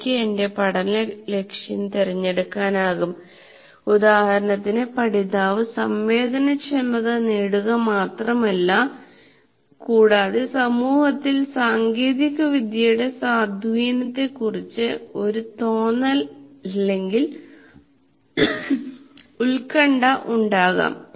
എനിക്ക് എന്റെ പഠന ലക്ഷ്യം തിരഞ്ഞെടുക്കാനാകും ഉദാഹരണത്തിന് പഠിതാവ് സംവേദനക്ഷമത നേടുക മാത്രമല്ല കൂടാതെ സമൂഹത്തിൽ സാങ്കേതികവിദ്യയുടെ സ്വാധീനത്തെക്കുറിച്ച് ഒരു തോന്നൽ അല്ലെങ്കിൽ ഉത്കണ്ഠ ഉണ്ടാകാം